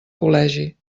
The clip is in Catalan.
col·legi